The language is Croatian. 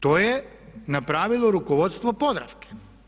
To je napravilo rukovodstvo Podravke.